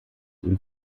den